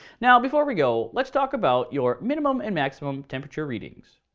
now before we go, let's talk about your minimum and maximum temperature readings.